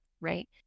right